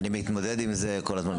אני מתמודד עם זה כל הזמן,